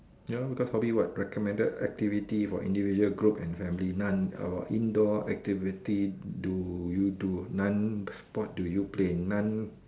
ya cuz hobby what recommended activity for individual group and family none about indoor activity do you do none sport do you play none